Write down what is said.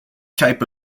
type